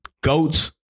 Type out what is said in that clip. goats